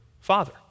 father